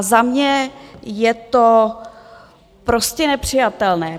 Za mě je to prostě nepřijatelné.